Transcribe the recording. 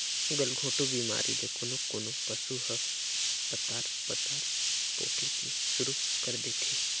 गलघोंटू बेमारी ले कोनों कोनों पसु ह पतार पतार पोके के सुरु कर देथे